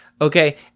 okay